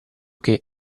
che